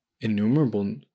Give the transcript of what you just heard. innumerable